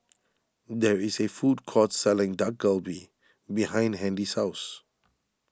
there is a food court selling Dak Galbi behind Handy's house